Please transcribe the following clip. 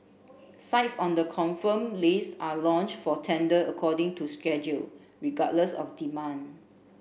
sites on the confirmed list are launched for tender according to schedule regardless of demand